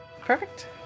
perfect